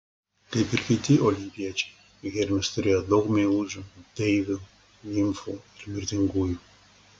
kaip ir kiti olimpiečiai hermis turėjo daug meilužių deivių nimfų ir mirtingųjų